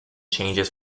changes